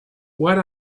what